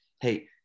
Hey